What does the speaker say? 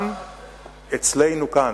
גם אצלנו כאן,